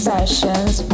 Sessions